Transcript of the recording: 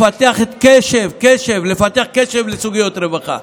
לפתח קשב, לפתח קשב לסוגיות רווחה.